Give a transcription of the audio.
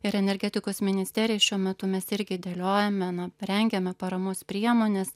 ir energetikos ministerija šiuo metu mes irgi dėliojame na rengiame paramos priemones